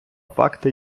факти